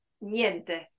Niente